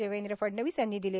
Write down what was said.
देवेंद्र फडणवीस यांनी दिले